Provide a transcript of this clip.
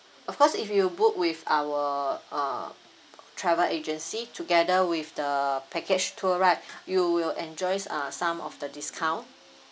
of course if you book with our uh travel agency together with the package tour right you will enjoys ah some of the discount